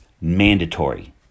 mandatory